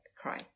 cry